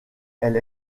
elle